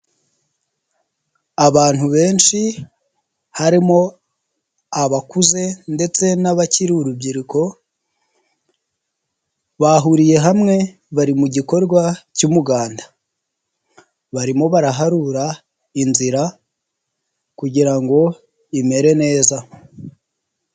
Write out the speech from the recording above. Abantu benshi harimo abakuze ndetse n'abakiri urubyiruko, bahuriye hamwe bari mu gikorwa cy'umuganda, barimo baraharura inzira kugira ngo imere neza.